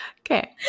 okay